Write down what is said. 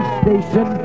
station